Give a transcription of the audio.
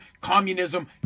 communism